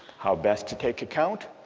how best to take account?